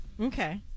Okay